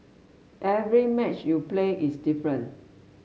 every match you play is different